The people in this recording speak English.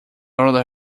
other